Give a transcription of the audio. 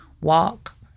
walk